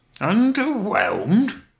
Underwhelmed